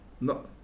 No